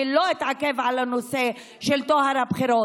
אני לא אתעכב על הנושא של טוהר הבחירות.